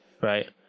Right